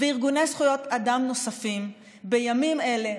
וארגוני זכויות אדם נוספים בימים אלה,